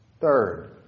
Third